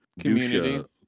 community